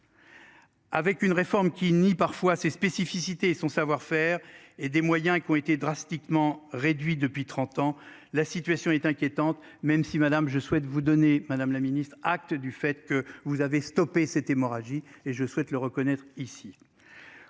Avec une réforme qui nie parfois ses spécificités et son savoir-faire et des moyens qui ont été drastiquement réduit depuis 30 ans. La situation est inquiétante, même si Madame. Je souhaite vous donnez Madame la Ministre acte du fait que vous avez stopper cette hémorragie. Et je souhaite le reconnaître ici.